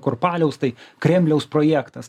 kurpaliaus tai kremliaus projektas